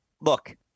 look